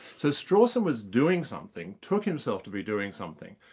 so strawson was doing something, took himself to be doing something,